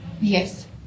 Yes